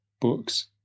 books